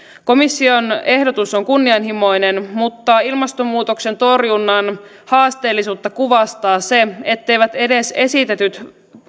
komission ehdotus on kunnianhimoinen mutta ilmastonmuutoksen torjunnan haasteellisuutta kuvastaa se etteivät edes esitetyt